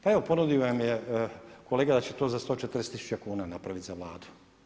Pa evo ponudio vam je kolega da će to za 140 000 kuna napraviti za Vladu.